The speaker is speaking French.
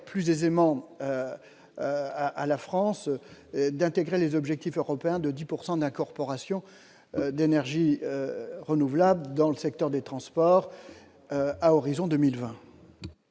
plus aisément à la France d'intégrer les objectifs européens de 10 pourcent d'incorporation d'énergies renouvelables dans le secteur des transports à horizon 2020.